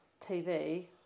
TV